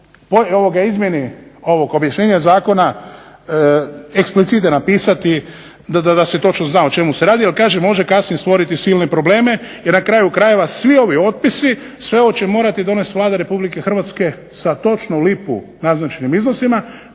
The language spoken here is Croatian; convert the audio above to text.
izmjeni objašnjenja ovog zakona eksplicite napisati da se točno zna o čemu se radi, jer kažem može kasnije stvoriti silne probleme. I na kraju krajeva svi ovi otpisi, sve ovo će morati donijeti Vlada Republike Hrvatske sa točno u lipu naznačenim iznosima,